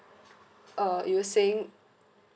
uh you were saying